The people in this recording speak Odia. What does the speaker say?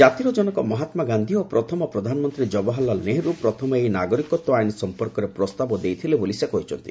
କାତିର ଜନକ ମହାତ୍ଲାଗାନ୍ଧି ଓ ପ୍ରଥମ ପ୍ରଧାନମନ୍ତ୍ରୀ କବାହରଲାଲ୍ ନେହେରୁ ପ୍ରଥମେ ଏହି ନାଗରିକତ୍ୱ ଆଇନ ସମ୍ପର୍କରେ ପ୍ରସ୍ତାବ ଦେଇଥିଲେ ବୋଲି ସେ କହିଛନ୍ତି